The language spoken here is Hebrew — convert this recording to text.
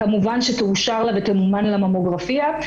כמובן שתאושר לה ותמומן לה ממוגרפיה.